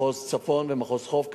מחוז הצפון ומחוז החוף,